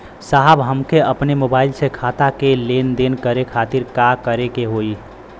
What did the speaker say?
साहब हमके अपने मोबाइल से खाता के लेनदेन करे खातिर का करे के होई?